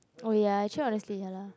oh ya actually honestly ya lah